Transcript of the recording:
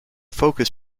focus